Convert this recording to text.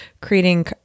creating